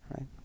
Right